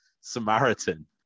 samaritan